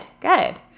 Good